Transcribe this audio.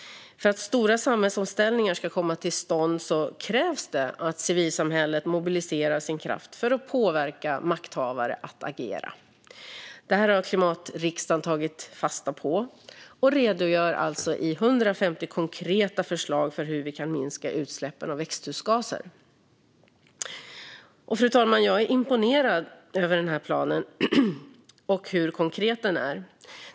För att stora samhällsomställningar ska komma till stånd krävs det att civilsamhället mobiliserar sin kraft för att påverka makthavare att agera. Detta har Klimatriksdagen tagit fasta på och redogör alltså i 150 konkreta förslag för hur vi kan minska utsläppen av växthusgaser. Fru talman! Jag är imponerad över den här planen och hur konkret den är.